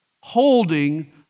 holding